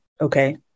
okay